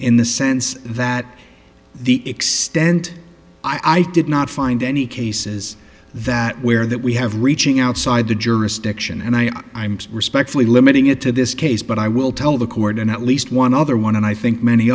in the sense that the extent i did not find any cases that where that we have reaching outside the jurisdiction and i'm respectfully limiting it to this case but i will tell the court and at least one other one and i think many